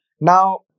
now